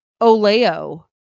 oleo